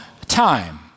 time